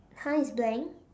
!huh! it's blank